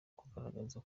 kugaragaza